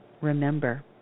remember